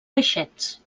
peixets